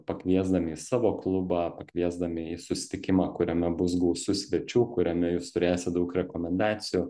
pakviesdami į savo klubą pakviesdami į susitikimą kuriame bus gausu svečių kuriame jūs turėsit daug rekomendacijų